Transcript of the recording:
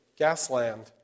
Gasland